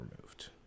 removed